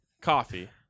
coffee